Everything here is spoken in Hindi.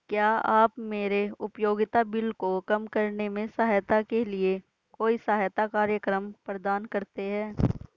क्या आप मेरे उपयोगिता बिल को कम करने में सहायता के लिए कोई सहायता कार्यक्रम प्रदान करते हैं?